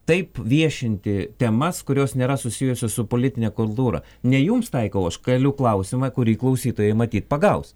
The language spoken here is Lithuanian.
taip viešinti temas kurios nėra susijusios su politine kultūra ne jums taikau aš keliu klausimą kurį klausytojai matyt pagaus